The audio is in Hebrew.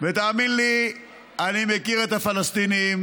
ותאמין לי, אני מכיר את הפלסטינים